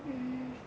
mm